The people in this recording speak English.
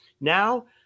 Now